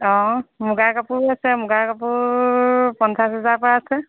অ' মুগাৰ কাপোৰ আছে মুগাৰ কাপোৰ পঞ্চাছ হাজাৰ পৰা আছে